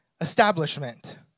establishment